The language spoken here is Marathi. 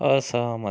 असहमत